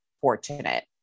fortunate